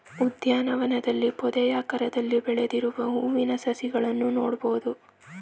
ಉದ್ಯಾನವನದಲ್ಲಿ ಪೊದೆಯಾಕಾರದಲ್ಲಿ ಬೆಳೆದಿರುವ ಹೂವಿನ ಸಸಿಗಳನ್ನು ನೋಡ್ಬೋದು